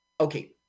Okay